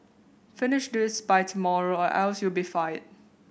finish this by tomorrow or else you'll be fired